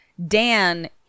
Dan